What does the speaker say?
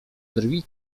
drwić